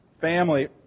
family